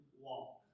walk